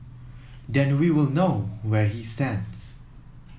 then we will know where he stands